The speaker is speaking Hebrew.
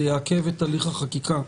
זה יעכב את הליך החקיקה.